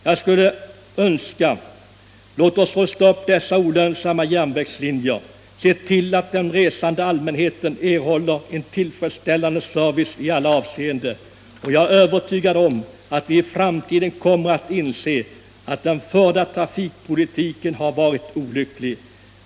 Jag skulle vilja säga så här: Låt oss rusta upp dessa olönsamma järnvägslinjer, se till att den resande allmänheten erhåller en tillfredsställande service i alla avseenden! Jag är övertygad om att vi i framtiden kommer att inse att den förda trafikpolitiken har varit olycklig.